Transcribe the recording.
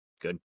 good